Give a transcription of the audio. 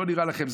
לא נראה לכם,